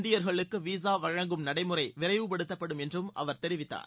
இந்தியர்களுக்கு வீசா வழங்கும் நடைமுறை விரைவுப்படுத்தப்படும் என்றும் அவர் தெரிவித்தார்